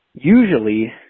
Usually